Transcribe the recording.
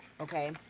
okay